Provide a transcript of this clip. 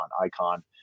ICON